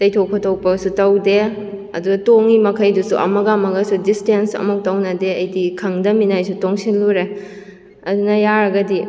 ꯇꯩꯊꯣꯛ ꯈꯣꯠꯇꯣꯛꯄꯁꯨ ꯇꯧꯗꯦ ꯑꯗꯨꯗ ꯇꯣꯡꯉꯤꯕ ꯃꯈꯩꯗꯨꯁꯨ ꯑꯃꯒ ꯑꯃꯒꯁꯨ ꯗꯤꯁꯇꯦꯟꯁ ꯑꯝꯃꯧ ꯇꯧꯅꯗꯦ ꯑꯩꯗꯤ ꯈꯪꯗꯃꯤꯅ ꯑꯩꯁꯨ ꯇꯣꯡꯁꯤꯜꯂꯨꯔꯦ ꯑꯗꯨꯅ ꯌꯥꯔꯒꯗꯤ